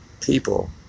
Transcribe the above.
People